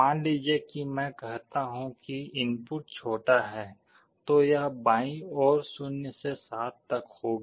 मान लीजिए कि मैं कहता हूं कि इनपुट छोटा है तो यह बाईं ओर 0 से 7 तक होगा